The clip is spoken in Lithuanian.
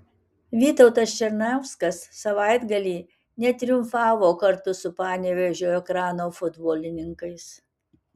vytautas černiauskas savaitgalį netriumfavo kartu su panevėžio ekrano futbolininkais